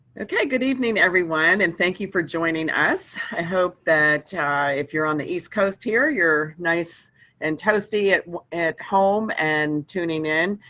good evening, everyone, and thank you for joining us. i hope that if you're on the east coast here you're nice and toasty at at home and tuning in.